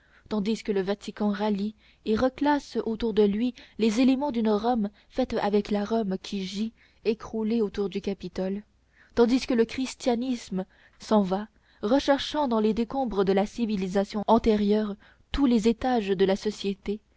tandis que le vatican rallie et reclasse autour de lui les éléments d'une rome faite avec la rome qui gît écroulée autour du capitole tandis que le christianisme s'en va recherchant dans les décombres de la civilisation antérieure tous les étages de la société